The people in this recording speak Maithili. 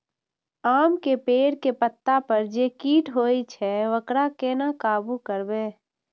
आम के पेड़ के पत्ता पर जे कीट होय छे वकरा केना काबू करबे?